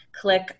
click